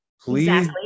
Please